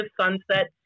sunset